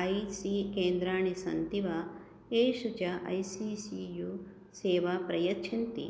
I C केन्द्राणि सन्ति वा येषु च ऐ सी सी यू सेवां प्रयच्छन्ति